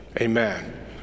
Amen